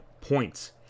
points